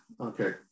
okay